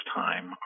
time